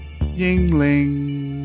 Yingling